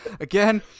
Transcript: Again